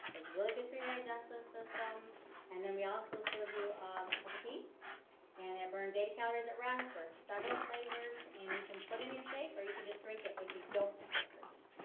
it's really good for your digestive system and then we also serve you a cup of tea and it burns eighty calories at rest. there are several flavors and you can put in your shake or you can just drink it if you don't care for tea.